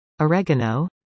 oregano